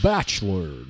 Bachelor